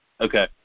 Okay